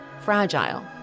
Fragile